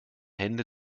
hände